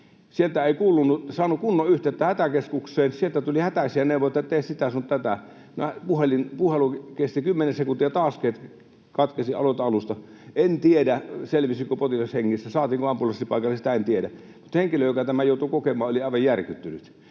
sieltä ei saanut kunnon yhteyttä hätäkeskukseen ja sieltä tuli hätäisiä neuvoja, että tee sitä sun tätä, ja puhelu kesti kymmenen sekuntia ja katkesi, ja aloitetaan alusta. En tiedä, selvisikö potilas hengissä ja saatiinko ambulanssi paikalle. Sitä en tiedä, mutta henkilö, joka tämän joutui kokemaan, oli aivan järkyttynyt.